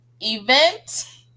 event